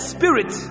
Spirit